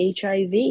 HIV